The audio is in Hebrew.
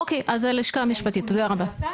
אוקיי, אז הלשכה המשפטית, תודה רבה.